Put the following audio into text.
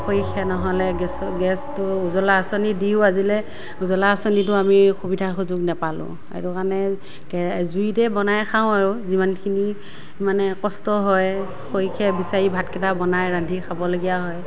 খৰি খেৰ নহ'লে গেছ গেছটো উজলা আঁচনি দিও আজিলৈ উজলা আঁচনিতো আমি সুবিধা সুযোগ নাপালোঁ সেইটো কাৰণে কেৰা জুইতে বনাই খাওঁ আৰু যিমানখিনি মানে কষ্ট হয় খৰি খেৰ বিচাৰি ভাতকেইটা বনাই ৰান্ধি খাবলগীয়া হয়